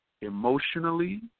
emotionally